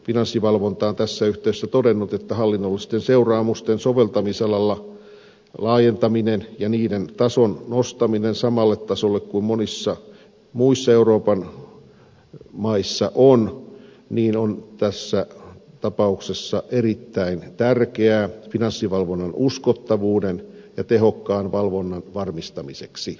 finanssivalvonta on tässä yhteydessä todennut että hallinnollisten seuraamusten soveltamisalan laajentaminen ja niiden tason nostaminen samalle tasolle kuin monissa muissa euroopan maissa on tässä tapauksessa erittäin tärkeää finanssivalvonnan uskottavuuden ja tehokkaan valvonnan varmistamiseksi